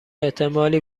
احتمالی